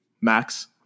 max